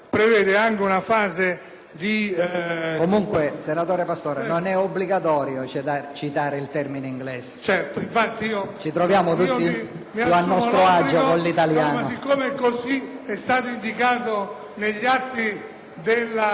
Senatore Pastore, non è obbligatorio citare termini inglesi. Ci troviamo più a nostro agio con l'italiano.